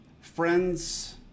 friends